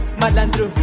malandro